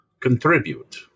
contribute